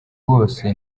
wose